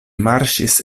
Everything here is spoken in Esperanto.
marŝis